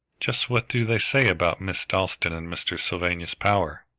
just what do they say about miss dalstan and mr. sylvanus power?